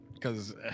Cause